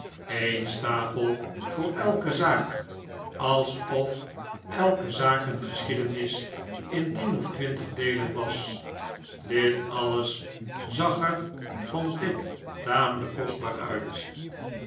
een stapel voor elke zaak alsof elke zaak een geschiedenis in tien of twintig deelen was dit alles zag er vond ik tamelijk kostbaar uit